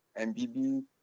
MBB